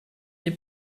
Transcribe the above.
n’ai